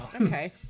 Okay